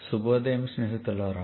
శుభోదయం స్నేహితులారా